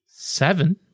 Seven